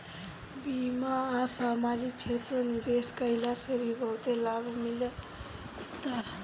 बीमा आ समाजिक क्षेत्र में निवेश कईला से भी बहुते लाभ मिलता